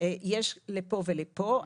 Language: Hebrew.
יש לפה ולפה.